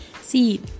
See